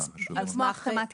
כמו החתמת כרטיס?